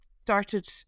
started